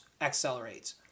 accelerates